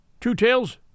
Two-Tails